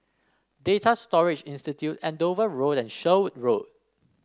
Data Storage Institute Andover Road and Sherwood Road